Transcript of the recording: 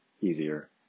easier